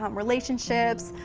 um relationships,